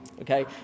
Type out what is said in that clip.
Okay